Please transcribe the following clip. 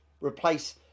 replace